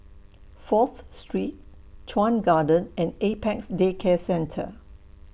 Fourth Street Chuan Garden and Apex Day Care Centre